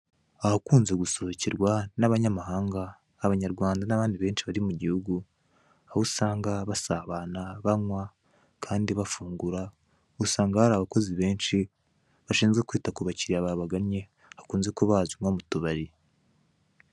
Ahakunzwe gusohokerwa n'abanyamahanga, abanyarwanda n'abandi benshi bari mu gihugu aho usanga basabana, banywa kandi bafungura usanga hari abakozi benshi bashinzwe kwita ku bakiriya babaganye hakunzwe kuba hazwi nko mu tubari.